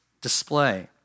display